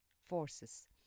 forces